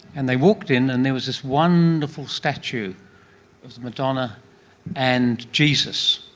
and they walked in and there was this wonderful statue of the madonna and jesus,